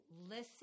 listen